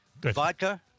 Vodka